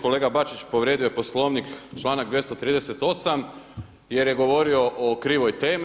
Kolega Bačić povrijedio je Poslovnik, članak 238. jer je govorio o krivoj temi.